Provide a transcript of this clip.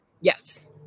Yes